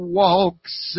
walks